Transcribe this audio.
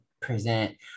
present